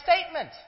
statement